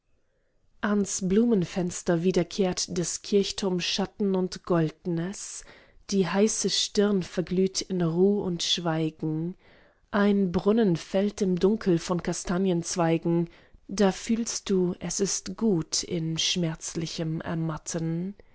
ans blumenfenster wieder kehrt des kirchturms schatten und goldnes die heiße stirn verglüht in ruh und schweigen ein brunnen fällt im dunkel von kastanienzweigen da fühlst du es ist gut in schmerzlichem ermatten